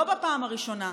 לא בפעם הראשונה,